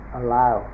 allow